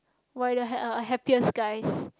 why don't have a happiest guys